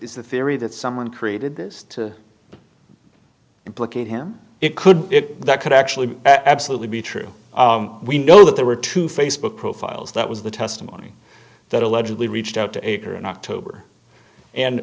is the theory that someone created this to implicate him it could be that could actually absolutely be true we know that there were two facebook profiles that was the testimony that allegedly reached out to her in october and